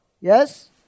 Yes